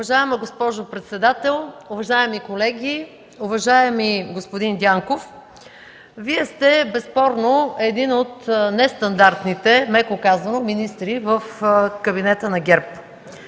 Уважаема госпожо председател, уважаеми колеги! Уважаеми господин Дянков, безспорно Вие сте един от нестандартните, меко казано, министри в кабинета на ГЕРБ.